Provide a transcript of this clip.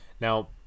Now